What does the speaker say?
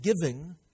giving